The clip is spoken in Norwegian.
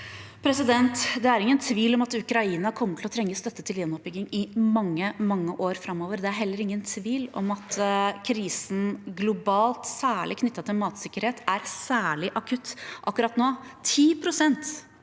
Det er ingen tvil om at Ukraina kommer til å trenge støtte til gjenoppbygging i mange år framover. Det er heller ingen tvil om at krisen globalt – særlig knyttet til matsikkerhet – er særlig akutt akkurat nå. 10 pst.